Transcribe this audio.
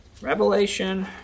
Revelation